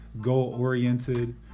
goal-oriented